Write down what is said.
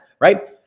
right